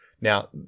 Now